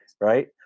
right